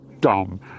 dumb